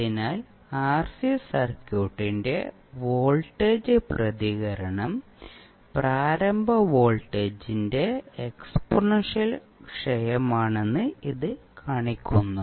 അതിനാൽ ആർസി സർക്യൂട്ടിന്റെ വോൾട്ടേജ് പ്രതികരണം പ്രാരംഭ വോൾട്ടേജിന്റെ എക്സ്പോണൻഷ്യൽ ക്ഷയമാണെന്ന് ഇത് കാണിക്കുന്നു